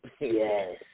Yes